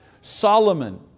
Solomon